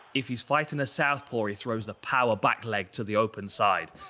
if he's fighting a southpaw, he throws the power back leg to the open side.